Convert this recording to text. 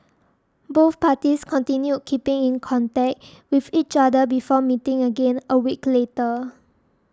both parties continued keeping in contact with each other before meeting again a week later